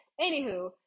anywho